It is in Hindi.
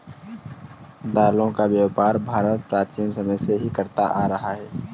दालों का व्यापार भारत प्राचीन समय से ही करता आ रहा है